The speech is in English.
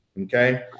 Okay